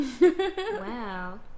wow